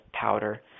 powder